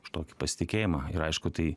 už tokį pasitikėjimą ir aišku tai